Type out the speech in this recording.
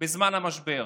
בזמן המשבר.